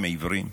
אתם עיוורים?